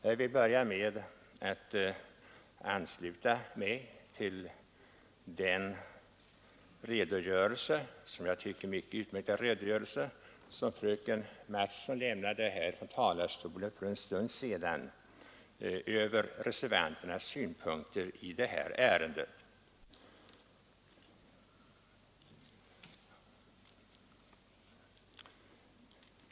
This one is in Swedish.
Jag vill börja med att ansluta mig till fröken Mattsons som jag tycker utmärkta redogörelse för reservanternas synpunkter i detta ärende.